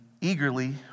eagerly